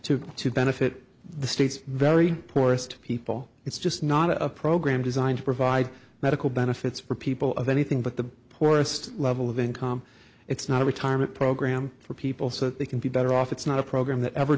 go to benefit the states very poorest people it's just not a program designed to provide medical benefits for people of anything but the poorest level of income it's not a retirement program for people so they can be better off it's not a program that ever